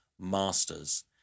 master's